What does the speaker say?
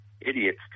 idiots